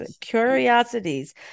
curiosities